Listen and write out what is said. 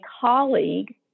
colleague